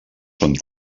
són